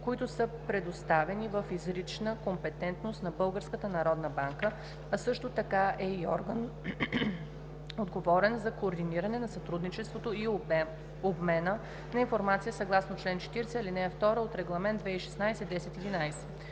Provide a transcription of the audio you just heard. които са предоставени в изрична компетентност на Българската народна банка, а също така е и орган, отговорен за координиране на сътрудничеството и обмена на информация съгласно чл. 40, ал. 2 от Регламент (ЕС) 2016/1011;